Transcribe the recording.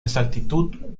exactitud